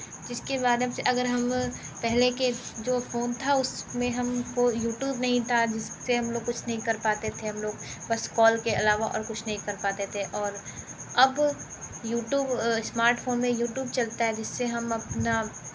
जिस के बाद अब से अगर हम पहले के जो फोन था उस में हम को यूट्यूब नहीं था जिस से हम लोग कुछ नहीं कर पाते थे हम लोग बस कॉल के अलावा और कुछ नहीं कर पाते थे और अब यूट्यूब स्मार्टफोन मैं यूट्यूब चलता है जिस से हम अपना